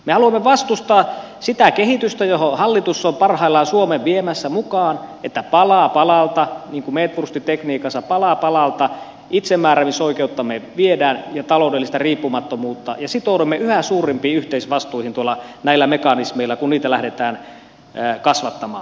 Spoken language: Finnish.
me haluamme vastustaa sitä kehitystä johon hallitus on parhaillaan suomea viemässä mukaan että pala palalta niin kuin meetvurstitekniikassa pala palalta itsemääräämisoikeuttamme viedään ja taloudellista riippumattomuutta ja sitoudumme yhtä suurempiin yhteisvastuihin näillä mekanismeilla kun niitä lähdetään kasvattamaan